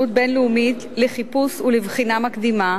בין-לאומית לחיפוש ולבחינה מקדימה),